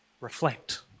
reflect